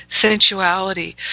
sensuality